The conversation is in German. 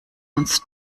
uns